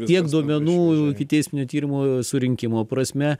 tiek duomenų ikiteisminio tyrimo surinkimo prasme